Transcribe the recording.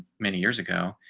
many years ago,